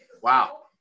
Wow